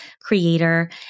creator